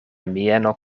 mieno